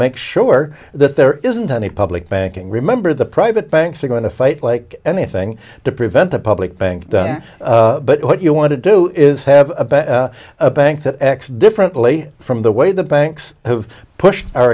make sure that there isn't any public banking remember the private banks are going to fight like anything to prevent a public bank but what you want to do is have a bet a bank that acts differently from the way the banks have pushed our